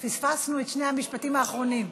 פספסנו את שני המשפטים האחרונים.